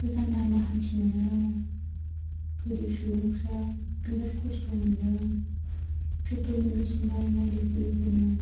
गोजान लामा हान्थिनायाव गोरिब सुबुंफ्रा बिराद खस्थ' मोनदों प्रेट्रलनि बेसेन बारायनाय लोगो लोगोनो